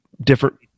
different